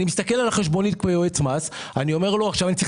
אני מסתכל על החשבונית ועכשיו אני צריך